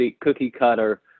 cookie-cutter